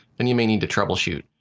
then you may need to troubleshoot.